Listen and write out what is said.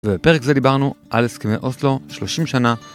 ובפרק זה דיברנו, על הסכמי אוסלו שלושים שנה.